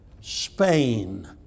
Spain